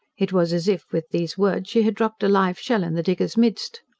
it was as if, with these words, she had dropped a live shell in the diggers' midst.